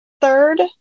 third